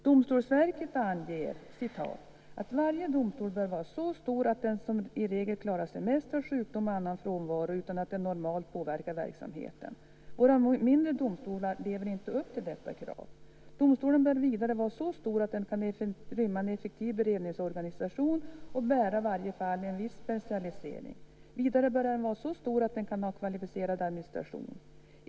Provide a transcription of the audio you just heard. Domstolsverket anger: "Varje domstol bör vara så stor att den som regel klarar av semestrar, sjukdom och annan frånvaro utan att det normalt sett påverkar verksamheten. Våra mindre domstolar lever inte upp till detta krav. Domstolen bör vidare vara så stor att den kan rymma en effektiv beredningsorganisation och bära i varje fall en viss specialisering. Vidare bör den vara så stor att den kan ha en kvalificerad administration.